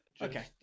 Okay